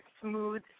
smooth